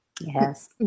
Yes